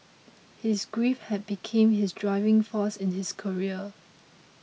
his grief had become his driving force in his career